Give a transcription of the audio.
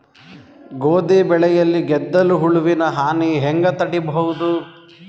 ಗೋಧಿ ಬೆಳೆಯಲ್ಲಿ ಗೆದ್ದಲು ಹುಳುವಿನ ಹಾನಿ ಹೆಂಗ ತಡೆಬಹುದು?